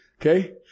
Okay